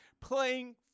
playing